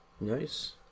nice